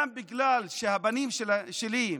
וגם בגלל שהבנים שלי,